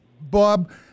Bob